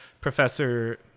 professor